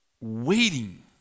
waiting